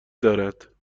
دارد